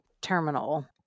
Terminal